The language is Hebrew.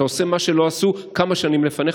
אתה עושה מה שלא עשו כמה שנים לפניך.